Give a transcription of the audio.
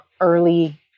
early